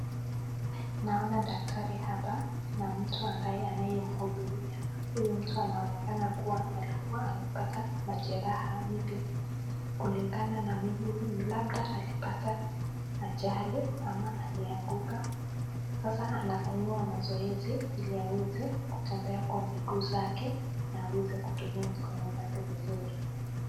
Naona daktari hapa na mtu ambaye anaye mhudumia, huyu mtu anaonekana kuwa alikuwa amepata majeraha maybe kulingana na Mimi labda alipata ajali ,ama alianguka. Sasa anafanyiwa mazoezi Ili aweze kutembea kwa miguu zake na aweze kutumia mikono zake vizuri.